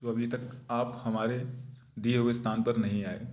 वो अभी तक आप हमारे दिए हुए स्थान पर नहीं आए